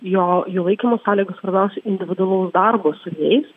jo jų laikymo sąlygų svarbiausia individualaus darbo su jais